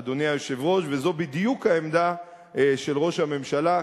אדוני היושב-ראש, וזו בדיוק העמדה של ראש הממשלה.